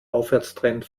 aufwärtstrend